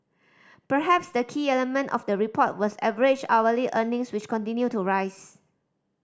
perhaps the key element of the report was average hourly earnings which continued to rise